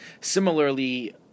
similarly